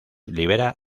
libera